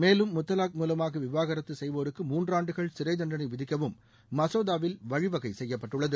மேலும் முத்தலாக் மூலமாக விவாகரத்து செய்வோருக்கு மூன்றாண்டுகள் சிறைத்தண்டனை விதிக்கவும் மசோதாவில் வழிவகை செய்யப்பட்டுள்ளது